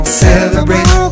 celebrate